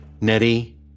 Nettie